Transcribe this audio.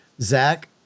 Zach